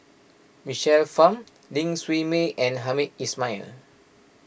Michael Fam Ling Siew May and Hamed Ismail